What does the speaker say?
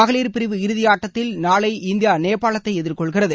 மகளிர் பிரிவு இறுதியாட்டத்தில் நாளை இந்தியா நேபாளத்தை எதிர்கொள்கிறது